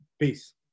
Peace